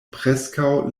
preskaŭ